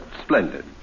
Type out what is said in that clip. splendid